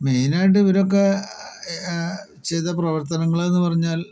മെയിനായിട്ട് ഇവരൊക്കെ ചെയ്ത പ്രവർത്തനങ്ങൾ എന്ന് പറഞ്ഞാൽ